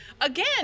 Again